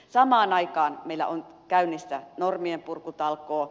samaan aikaan meillä on käynnissä normienpurkutalkoo